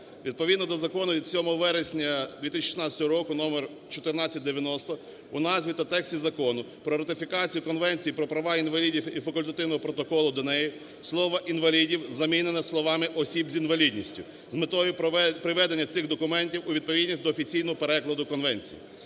Відповідно до Закону від 7 вересня 2016 року номер 1490 у назві та тексті Закону про ратифікацію Конвенції про права інвалідів і Факультативного протоколу до неї слово "інвалідів" замінено словами "осіб з інвалідністю" з метою приведення цих документів у відповідність до офіційного перекладу конвенції.